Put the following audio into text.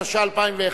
התשע"א 2011,